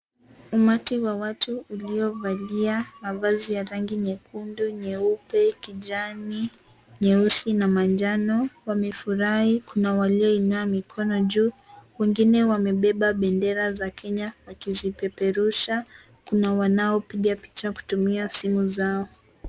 Umati wa watu uliovalia mavazi ya rangi nyekundu, nyeupe , kijani, wamefurahi kuna walioinua mikono juu, wengine wamebeba bendera za Kenya wakizipeperusha, kuna wanaopiga picha wakitumia simu zao.